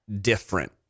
different